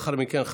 ולאחר מכן,